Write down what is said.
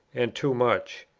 and too much.